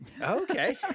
Okay